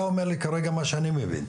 אתה אומר לי כרגע מה שאני מבין,